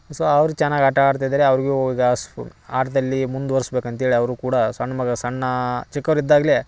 so ಅವ್ರು ಚೆನ್ನಾಗಿ ಆಟ ಆಡ್ತಿದ್ದಾರೆ ಅವ್ರ್ಗು ಈಗ ಹಸಿವು ಆಟದಲ್ಲಿ ಮುಂದ್ವರ್ಸ್ಬೇಕು ಅಂತೇಳಿ ಅವರೂ ಕೂಡ ಸಣ್ಣ ಮಗ ಸಣ್ಣ ಚಿಕ್ಕವ್ರಿದ್ದಾಗಲೇ